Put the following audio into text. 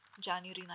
January